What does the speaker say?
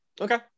Okay